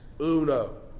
Uno